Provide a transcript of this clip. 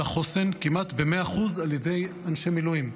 החוסן כמעט ב-100% על ידי אנשי מילואים.